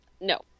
No